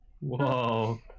Whoa